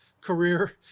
career